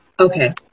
Okay